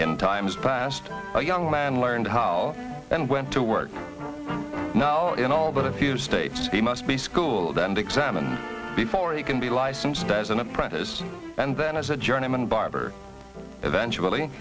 in times past a young man learned how and went to work now in all but a few states he must be schooled and examined before you can be licensed as an apprentice and then as a journeyman barber eventually